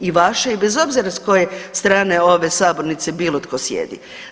I vaša i bez obzira s koje strane ove sabornice bilo tko sjedi.